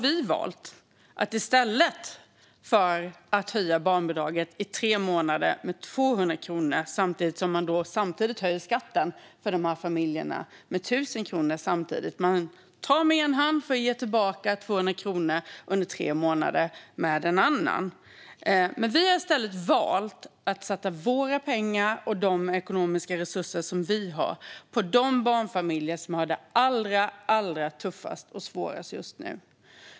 I stället för att höja barnbidraget med 200 kronor i tre månader samtidigt som man höjer skatten för de familjerna med 1 000 kronor - man tar med en hand för att med en annan hand ge tillbaka 200 kronor under tre månader - har vi valt att satsa våra pengar och de ekonomiska resurser vi har på de barnfamiljer som just nu har det allra tuffast och svårast.